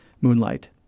Moonlight